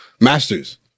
Masters